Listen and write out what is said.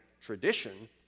tradition